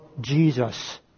Jesus